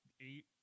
eight